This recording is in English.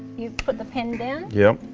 you put the pen down yep,